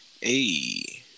Hey